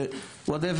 ומה לא,